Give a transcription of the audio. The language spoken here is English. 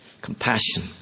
compassion